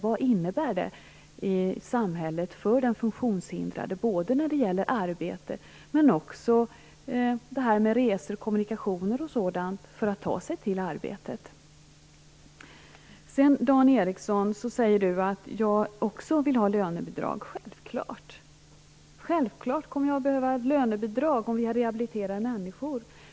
Vad innebär det i samhället för den funktionshindrade när det gäller arbete men också resor och kommunikationer för att ta sig till arbetet? Dan Ericsson säger att också jag vill ha lönebidrag. Det kommer självfallet att behövas lönebidrag om vi rehabiliterar människor.